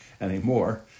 anymore